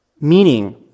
Meaning